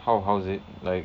how how's it like